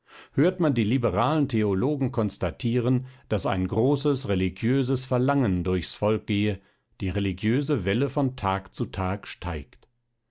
hört man die liberalen theologen konstatieren daß ein großes religiöses verlangen durchs volk gehe die religiöse welle von tag zu tag steigt